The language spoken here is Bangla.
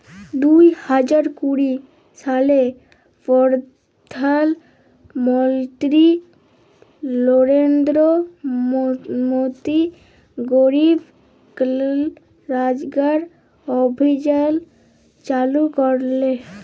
দু হাজার কুড়ি সালে পরধাল মলত্রি লরেলদ্র মোদি গরিব কল্যাল রজগার অভিযাল চালু ক্যরেল